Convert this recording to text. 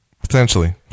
Potentially